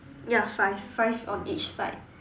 ya five five on each side